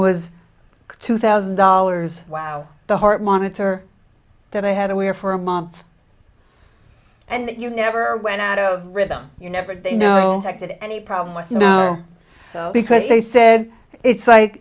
was two thousand dollars wow the heart monitor that i had to wear for a month and you never went out of rhythm you never do you know infected any problem with you know because they said it's like